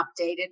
updated